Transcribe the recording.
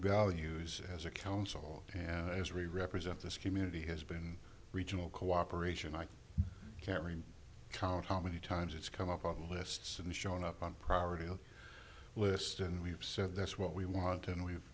values as a council and as really represent this community has been regional cooperation i can't really count how many times it's come up on the lists and shown up on priority list and we've said that's what we want and we've